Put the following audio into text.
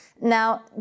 Now